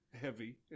Heavy